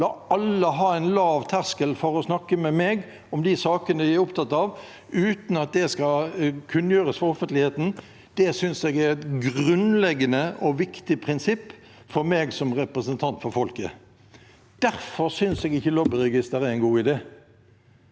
la alle ha en lav terskel for å snakke med meg om de sakene de er opptatt av, uten at det skal kunngjøres for offentligheten, synes jeg er et grunnleggende og viktig prinsipp for meg som representant for folket. Derfor synes jeg ikke lobbyregister er en god idé.